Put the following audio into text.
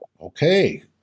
Okay